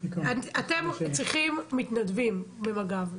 אתם צריכים מתנדבים במג"ב,